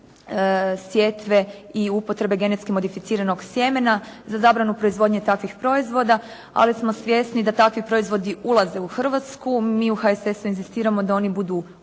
sjetve i upotrebe genetski modificiranog sjemena, za zabranu proizvodnje takvih proizvoda, ali smo svjesni da takvi proizvodi ulaze u Hrvatsku. Mi u HSS-u inzistiramo da oni budu označeni,